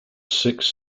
six